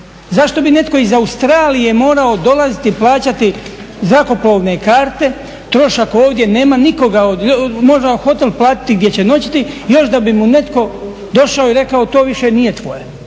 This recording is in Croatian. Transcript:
Zašto bi netko iz Australije morao dolaziti plaćati zrakoplovne karte, trošak ovdje nema nikoga, možemo hotel platiti gdje će noćiti još da bi mu netko došao i rekao to više nije tvoje